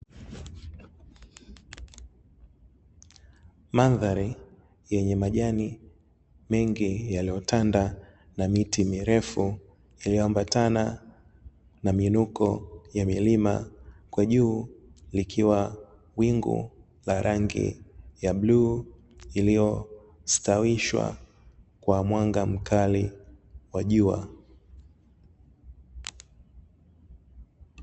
Mandhari yenye majani mengi yaliyotanda na miti mirefu, iliyoambatana na miinuko ya milima, kwa juu likiwa wingu la rangi ya bluu iliyostawishwa kwa mwanga mkali wa jua.